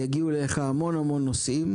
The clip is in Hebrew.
יגיעו אליך המון-המון נושאים.